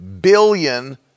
billion